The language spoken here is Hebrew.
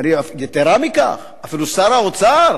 יתירה מכך, אפילו שר האוצר,